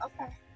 okay